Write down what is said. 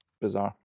bizarre